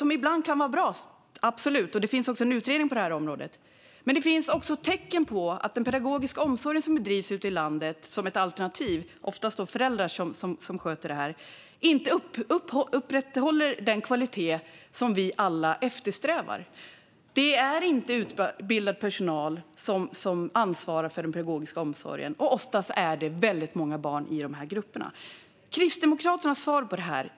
Sådan kan ibland vara bra - absolut. Det finns också en utredning på detta område. Men det finns även tecken på att den pedagogiska omsorg som bedrivs ute i landet som ett alternativ - det är oftast föräldrar om sköter detta - inte håller den kvalitet som vi alla eftersträvar. Det är inte utbildad personal som ansvarar för den pedagogiska omsorgen, och oftast är det väldigt många barn i dessa grupper.